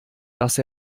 dass